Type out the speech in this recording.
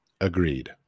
Agreed